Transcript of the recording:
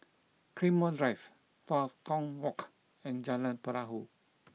Claymore Drive Tua Kong Walk and Jalan Perahu